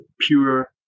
pure